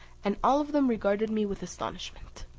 and all of them regarded me with astonishment.